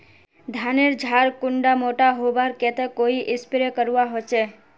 धानेर झार कुंडा मोटा होबार केते कोई स्प्रे करवा होचए?